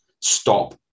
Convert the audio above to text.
stop